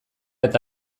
eta